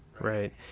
Right